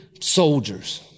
soldiers